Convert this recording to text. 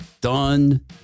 done